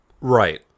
Right